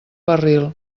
barril